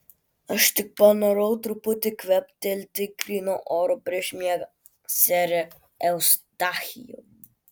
aš tik panorau truputį kvėptelti gryno oro prieš miegą sere eustachijau